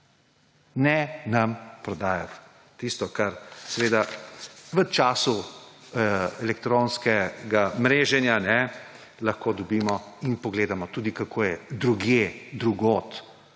ne nam prodajati tistega, kar seveda v času elektronskega mreženja lahko dobimo in tudi pogledamo, kako je drugje, drugod